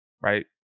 Right